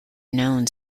known